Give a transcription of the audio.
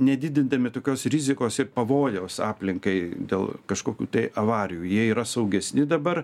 nedidindami tokios rizikos ir pavojaus aplinkai dėl kažkokių tai avarijų jie yra saugesni dabar